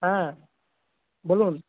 হ্যাঁ বলুন